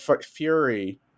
fury